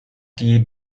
die